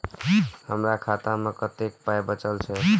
हमर खाता मे कतैक पाय बचल छै